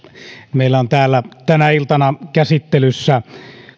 meillä on täällä tänä iltana käsittelyssä